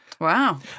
Wow